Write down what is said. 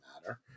matter